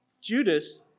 Judas